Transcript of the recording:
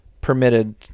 permitted